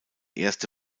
erste